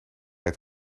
het